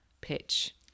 pitch